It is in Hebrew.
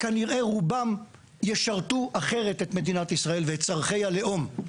כנראה רובם ישרתו אחרת את מדינת ישראל ואת צרכי הלאום,